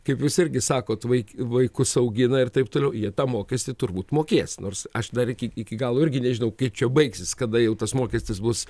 kaip jūs irgi sakot vai vaikus augina ir taip toliau jie tą mokestį turbūt mokės nors aš dar iki iki galo irgi nežinau kaip čia baigsis kada jau tas mokestis bus